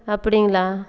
அப்படிங்களா